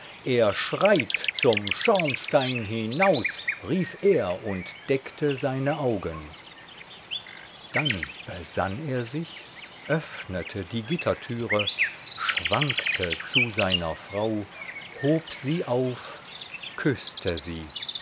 er schreit zum schornstein hinaus rief er und deckte seine augen dann besann er sich öffnete die gittertüre schwankte zu seiner frau hob sie auf küßte sie